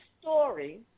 story